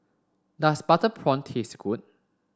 does butter prawn taste good